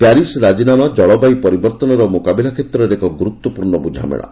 Paris ରାଜିନାମା ଜଳବାୟୁ ପରିବର୍ତ୍ତନର ମୁକାବିଲା କ୍ଷେତ୍ରରେ ଏକ ଗୁରୁତ୍ୱପୂର୍ଣ୍ଣ ବୁଝାମଣା